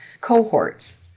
cohorts